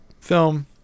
film